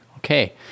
Okay